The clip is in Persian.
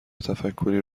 تفکری